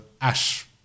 ash